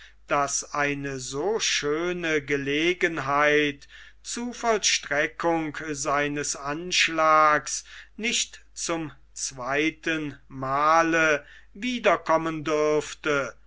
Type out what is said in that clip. daß eine so schöne gelegenheit zu vollstreckung seines anschlags nicht zum zweiten male wiederkommen dürfte